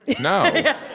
No